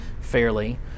fairly